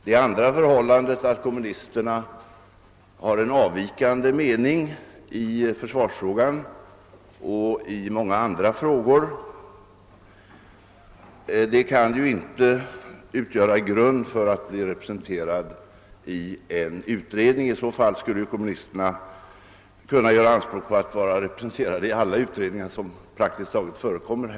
Det förhållandet att kommunisterna har en avvikande mening i försvarsfrågan — och i många andra frågor — kan inte utgöra grund för att de skall vara representerade i en utredning. I så fall skulle kommunisterna kunna göra anspråk på att vara representerade i praktigt taget alla de utredningar som förekommer.